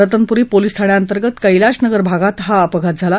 रतनपुरी पोलीसठाण्याअंतर्गत कैलाशनगर भागात हा अपघात झाला